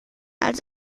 als